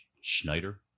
schneider